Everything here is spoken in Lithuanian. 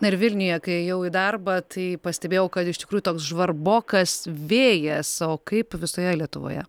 na ir vilniuje kai ėjau į darbą tai pastebėjau kad iš tikrųjų toks žvarbokas vėjas o kaip visoje lietuvoje